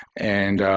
and